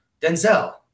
Denzel